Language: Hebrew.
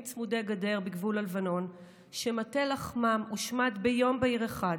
צמודי גדר בגבול הלבנון ומטה לחמם הושמד ביום בהיר אחד,